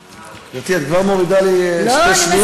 גברתי, את כבר מורידה לי שתי שניות?